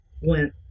went